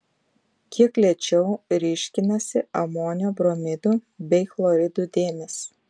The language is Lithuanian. kiek lėčiau ryškinasi amonio bromidų bei chloridų dėmės